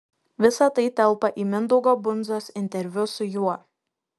visa tai telpa į mindaugo bundzos interviu su juo